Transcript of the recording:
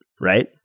right